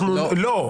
לא.